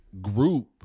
group